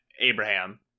Abraham